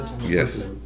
Yes